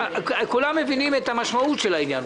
כולם מבינים את המשמעות של העניין.